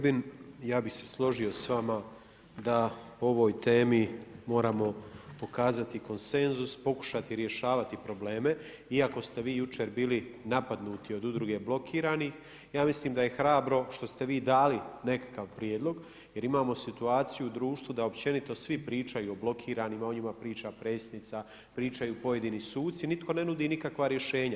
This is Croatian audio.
Poštovani kolega Grbin, ja bih se složio s vama da ovoj temi moramo pokazati konsenzus, pokušati rješavati probleme iako ste vi jučer bili napadnuti od Udruge blokirani, ja mislim da je hrabro što ste vi dali nekakav prijedlog jer imamo situaciju u društvu da općenito svi pričaju o blokiranima, o njima priča predsjednica, pričaju pojedini suci, nitko ne nudi nikakva rješenja.